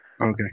okay